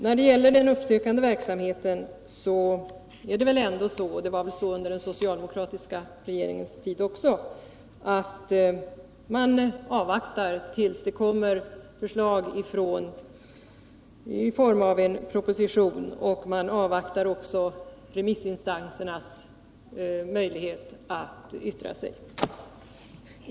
När det gäller den uppsökande verksamheten är det väl så — och det var väl också så under den socialdemokratiska regeringens tid — att man avvaktar remissinstansernas yttranden och sedan förslag i form av en proposition.